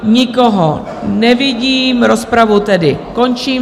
Nikoho nevidím, rozpravu tedy končím.